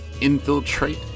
infiltrate